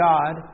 God